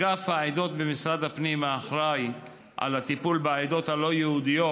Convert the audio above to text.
אגף העדות במשרד הפנים האחראי על הטיפול בעדות הלא-יהודיות,